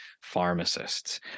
pharmacists